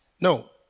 No